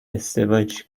ازدواج